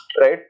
right